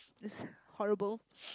is horrible